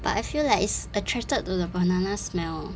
but I feel like it's attracted to the banana smell